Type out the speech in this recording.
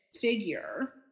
figure